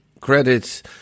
credits